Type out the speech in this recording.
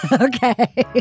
Okay